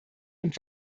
und